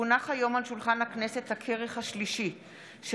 כי הונחו היום על שולחן הכנסת הכרך השלישי של